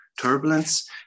turbulence